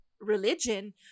religion